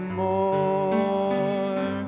more